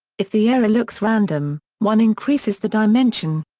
if the error looks random, one increases the dimension.